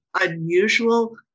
unusual